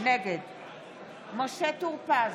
נגד משה טור פז,